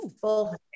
full